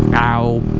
ouch